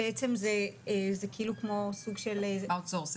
בעצם זה כאילו כמו סוג של אאוטסורסינג,